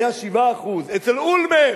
היה 7%. אצל אולמרט,